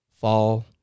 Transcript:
fall